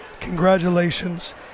congratulations